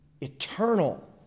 eternal